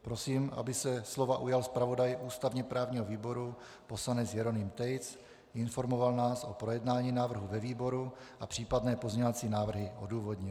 Prosím, aby se slova ujal zpravodaj ústavněprávního výboru poslanec Jeroným Tejc, informoval nás o projednání návrhu ve výboru a případné pozměňovací návrhy odůvodnil.